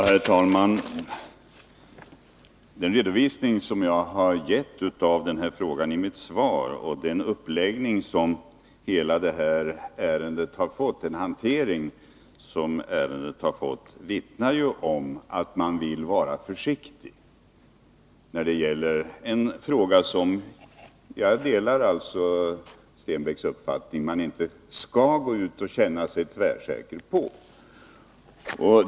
Herr talman! Den redovisning som jag har gett av frågan i mitt svar och den hantering som detta ärende har fått vittnar om att man vill vara försiktig när det gäller en fråga som — jag delar där Per Stenmarcks uppfattning — man inte skall gå ut och känna sig tvärsäker på.